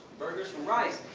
burgers from rice.